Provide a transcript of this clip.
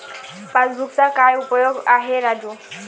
पासबुकचा काय उपयोग आहे राजू?